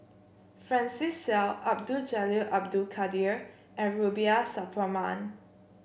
Francis Seow Abdul Jalil Abdul Kadir and Rubiah Suparman